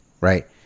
right